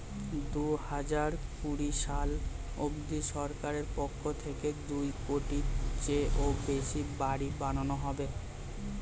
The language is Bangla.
দুহাজার কুড়ি সাল অবধি সরকারের পক্ষ থেকে দুই কোটির চেয়েও বেশি বাড়ি বানানো হবে